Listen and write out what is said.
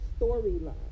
storyline